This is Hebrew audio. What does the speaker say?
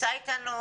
נמצא איתנו